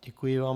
Děkuji vám.